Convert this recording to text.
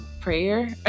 Prayer